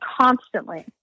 constantly